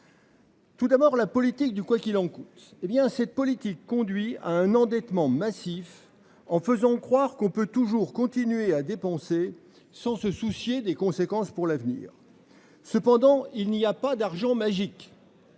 Tout d'abord la politique du quoi qu'il en coûte. Eh bien cette politique conduit à un endettement massif, en faisant croire qu'on peut toujours continuer à dépenser sans se soucier des conséquences pour l'avenir. Cependant, il n'y a pas d'argent magique.